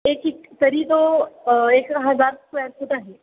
एक एक तरी तो एक हजार स्क्वेअर फूट आहे